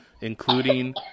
including